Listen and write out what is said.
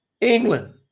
England